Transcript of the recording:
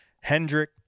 Hendrick